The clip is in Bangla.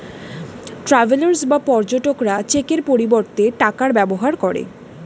ট্রাভেলার্স বা পর্যটকরা চেকের পরিবর্তে টাকার ব্যবহার করে